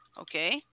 Okay